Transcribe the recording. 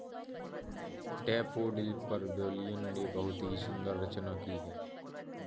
daffodil पर William ने बहुत ही सुंदर रचना की है